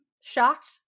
shocked